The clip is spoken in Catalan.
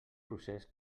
procés